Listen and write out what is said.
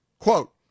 Quote